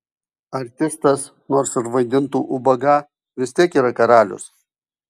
artistas nors ir vaidintų ubagą vis tiek yra karalius